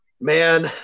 Man